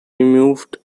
removed